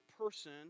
person